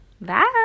Bye